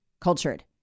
Cultured